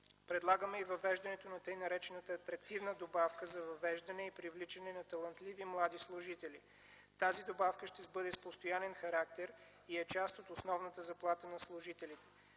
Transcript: Следователно и въвеждането на т. нар. „атрактивна” добавка за въвеждане и привличане на талантливи млади служители. Тази добавка ще бъде с постоянен характер и е част от основната заплата на служителя.